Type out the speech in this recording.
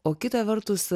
o kita vertus